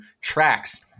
tracks